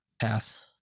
Pass